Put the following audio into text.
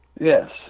Yes